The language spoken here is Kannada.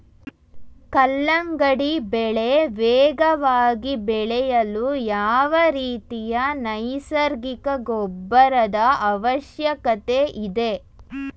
ಕಲ್ಲಂಗಡಿ ಬೆಳೆ ವೇಗವಾಗಿ ಬೆಳೆಯಲು ಯಾವ ರೀತಿಯ ನೈಸರ್ಗಿಕ ಗೊಬ್ಬರದ ಅವಶ್ಯಕತೆ ಇದೆ?